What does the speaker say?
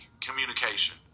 Communication